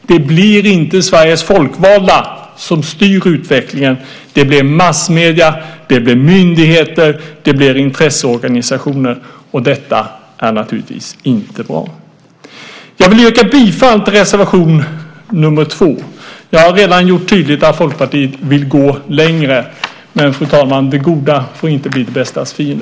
Det blir inte Sveriges folkvalda som styr utvecklingen. Det blir massmedierna, det blir myndigheter och det blir intresseorganisationer, och detta är naturligtvis inte bra. Jag vill yrka bifall till reservation nr 2. Jag har redan gjort tydligt att Folkpartiet vill gå längre, men, fru talman, det goda får inte bli det bästas fiende.